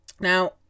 Now